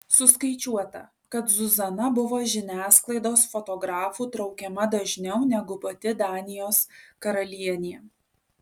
suskaičiuota kad zuzana buvo žiniasklaidos fotografų traukiama dažniau negu pati danijos karalienė